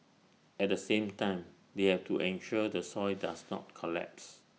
at the same time they have to ensure the soil does not collapse